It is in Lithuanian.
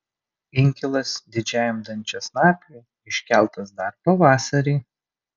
inkilas didžiajam dančiasnapiui iškeltas dar pavasarį